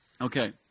Okay